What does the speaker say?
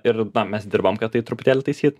ir na mes dirbam kad tai truputėlį taisyt